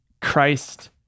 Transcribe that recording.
Christ